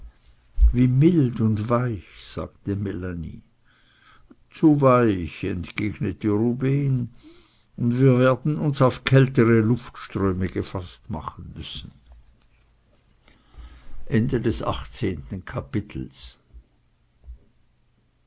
wie mild und weich sagte melanie zu weich entgegnete rubehn und wir werden uns auf kältere luftströme gefaßt machen müssen